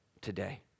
today